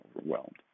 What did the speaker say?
overwhelmed